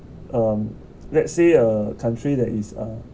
um let's say a country that is uh